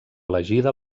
elegida